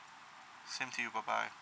same to you bye bye